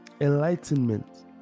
enlightenment